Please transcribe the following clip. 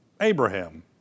Abraham